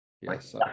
Yes